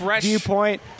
viewpoint